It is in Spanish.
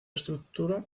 estructura